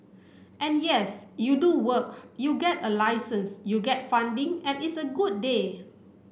and yes you do work you get a license you get funding and it's a good day